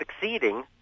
succeeding